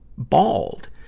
bald.